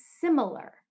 similar